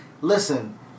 Listen